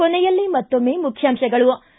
ಕೊನೆಯಲ್ಲಿ ಮತ್ತೊಮ್ನೆ ಮುಖ್ಯಾಂಶಗಳು ಿ